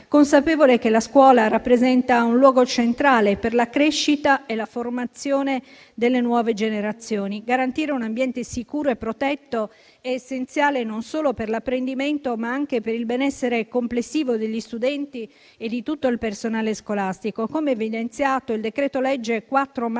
consapevole che la scuola rappresenta un luogo centrale per la crescita e la formazione delle nuove generazioni. Garantire un ambiente sicuro e protetto è essenziale non solo per l'apprendimento, ma anche per il benessere complessivo degli studenti e di tutto il personale scolastico.